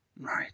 right